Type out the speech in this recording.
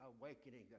awakening